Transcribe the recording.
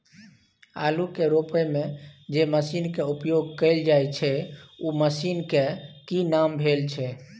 आलू के रोपय में जे मसीन के उपयोग कैल जाय छै उ मसीन के की नाम भेल?